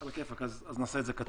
על-הכיפאק, אז נעשה את זה קצר.